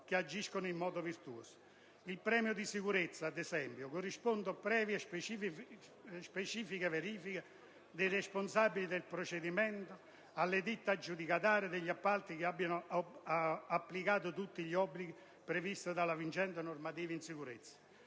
che agiscono in modo virtuoso su questo fronte: il premio di sicurezza, ad esempio, da corrispondere previe specifiche verifiche del responsabile del procedimento alle ditte aggiudicatarie degli appalti che abbiano applicato tutti gli obblighi previsti dalla vigente normativa in tema